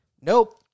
Nope